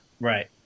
Right